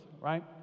right